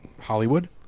Hollywood